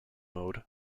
mode